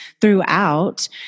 throughout